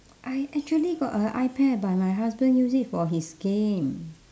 I actually got a ipad but my husband use it for his game